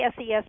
SES